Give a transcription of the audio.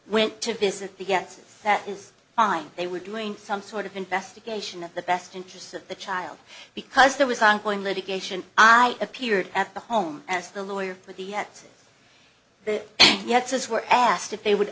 went to visit the guesses that is fine they were doing some sort of investigation of the best interests of the child because there was ongoing litigation i appeared at the home as the lawyer for the ets the and yet as were asked if they would